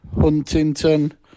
Huntington